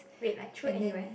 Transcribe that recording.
wait like through N_U_S